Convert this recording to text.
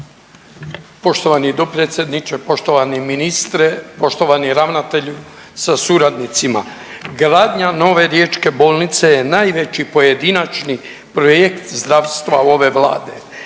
Poštovani dopredsjedniče, poštovani ministre, poštovani ravnatelju sa suradnicima, gradnja nove riječke bolnice je najveći pojedinačni projekt zdravstva ove Vlade.